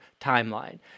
timeline